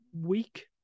week